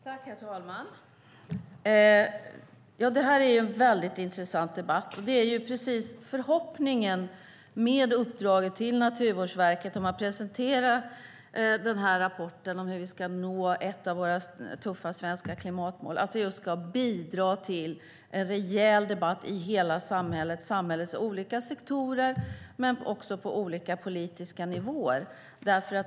Herr talman! Det här är en mycket intressant debatt. Förhoppningen med uppdraget till Naturvårdsverket att presentera den här rapporten om hur vi ska nå ett av våra tuffa svenska klimatmål är att det ska bidra till en rejäl debatt i hela samhällets olika sektorer och på olika politiska nivåer.